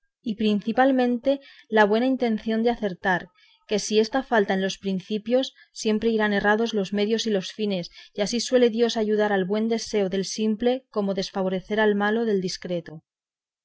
y principalmente la buena intención de acertar que si ésta falta en los principios siempre irán errados los medios y los fines y así suele dios ayudar al buen deseo del simple como desfavorecer al malo del discreto